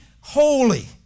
holy